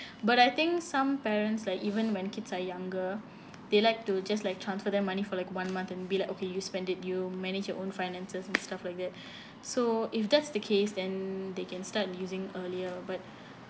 but I think some parents like even when kids are younger they like to just like transfer their money for like one month and be like okay you spend it you manage your own finances and stuff like that so if that's the case then they can start using earlier but